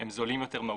הם זולים יותר מהותית.